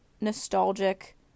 nostalgic